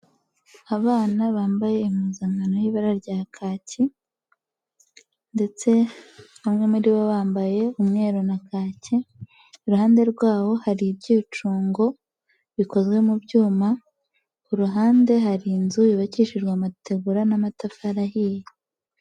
Abana bambaye impuzankano y'ibara rya kacyi ndetse bamwe muri bo bambaye umweru na kacye, iruhande rwabo hari ibyicungo bikozwe mu byuma ku ruhande hari inzu yubakishijwe amategura n'amatafari ahiye.